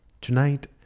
Tonight